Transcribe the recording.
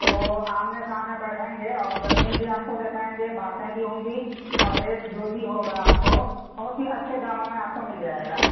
تو آمنے سامنے بیٹھیں گے اور زمین بھی آپ کو دکھائیں گے باتیں بھی ہوں گی اور ریٹ جو بھی ہوگا آپ کو بہت ہی اچھے داموں میں آپ کو مل جائے گا